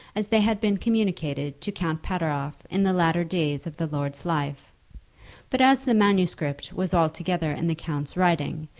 as they had been communicated to count pateroff in the latter days of the lord's life but as the manuscript was altogether in the count's writing,